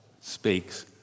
speaks